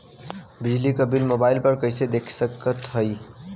बिजली क bill mobile पर कईसे देख सकत हई?